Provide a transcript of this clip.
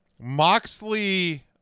Moxley